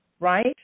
Right